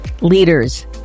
leaders